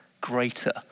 greater